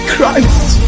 Christ